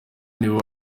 nibo